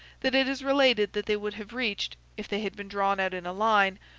that it is related that they would have reached, if they had been drawn out in a line,